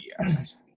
Yes